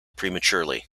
prematurely